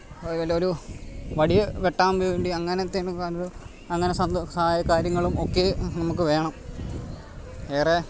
അതുപോലെ ഒരു വടി വെട്ടാൻ വേണ്ടി അങ്ങനെത്തെ ആണ് അങ്ങനെ കാര്യങ്ങളും ഒക്കെ നമുക്ക് വേണം ഏറെ